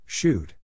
Shoot